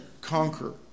conquer